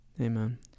Amen